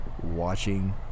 watching